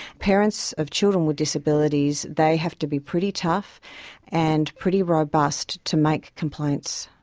parents of children with disabilities, they have to be pretty tough and pretty robust to make complaints.